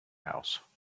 house